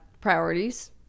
priorities